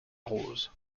rose